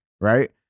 right